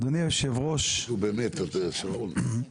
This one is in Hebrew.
אדוני היושב-ראש, אנחנו --- נו באמת, שרון.